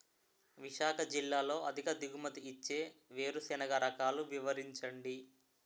విశాఖ జిల్లాలో అధిక దిగుమతి ఇచ్చే వేరుసెనగ రకాలు వివరించండి?